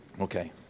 Okay